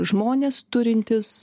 žmonės turintys